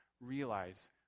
realize